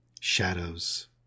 shadows